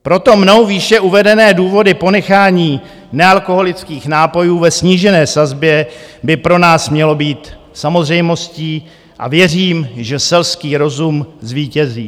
Proto mnou výše uvedené důvody ponechání nealkoholických nápojů ve snížené sazbě by pro nás mělo být samozřejmostí a věřím, že selský rozum zvítězí.